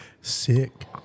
Sick